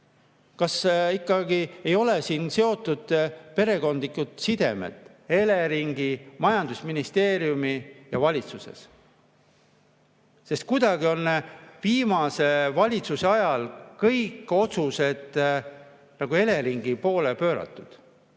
kas ikkagi ei ole siin [mängus] perekondlikud sidemed Eleringis, majandusministeeriumis ja valitsuses. Kuidagi on viimase valitsuse ajal kõik otsused nagu Eleringi poole pööratud.